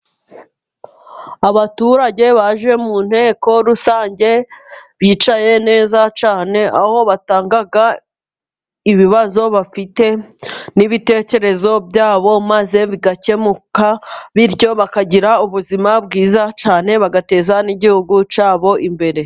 Abaturage baje mu nteko rusange bicaye neza cyane, aho batanga ibibazo bafite n'ibitekerezo byabo maze bigakemuka, bityo bakagira ubuzima bwiza cyane bagateza n'igihugu cyabo imbere.